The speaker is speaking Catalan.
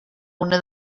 una